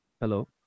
Hello